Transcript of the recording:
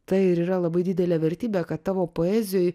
tai ir yra labai didelė vertybė kad tavo poezijoj